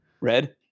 red